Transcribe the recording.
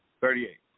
Thirty-eight